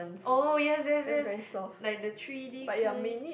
oh yes yes yes like the three-d kind